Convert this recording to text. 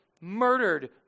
murdered